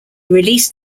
released